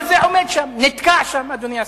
אבל זה עומד שם, נתקע שם, אדוני השר.